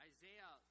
Isaiah